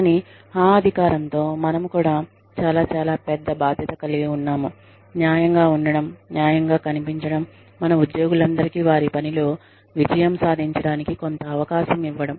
కానీ ఆ అధికారంతో మనము కూడా చాలా చాలా పెద్ద బాధ్యత కలిగి ఉన్నాము న్యాయంగా ఉండటం న్యాయంగా కనిపించడంమన ఉద్యోగులందరికీ వారి పనిలో విజయం సాధించడానికి కొంత అవకాశం ఇవ్వడం